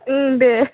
दे